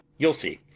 you'll see,